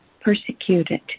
persecuted